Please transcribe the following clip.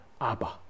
Abba